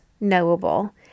knowable